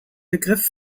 begriff